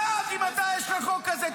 אז תצביע בעד אם יש לך את החוק הזה.